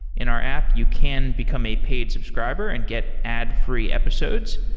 in our app, you can become a paid subscriber and get add-free episodes,